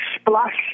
splash